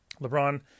LeBron